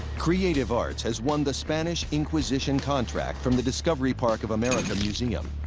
creative arts has won the spanish inquisition contract from the discovery park of america museum.